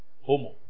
Homo